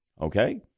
Okay